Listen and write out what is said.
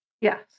Yes